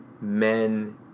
men